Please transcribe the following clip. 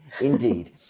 Indeed